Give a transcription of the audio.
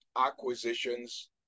acquisitions